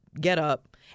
getup